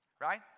Right